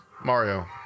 Mario